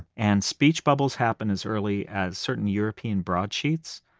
and speech bubbles happen as early as certain european broadsheets,